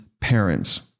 parents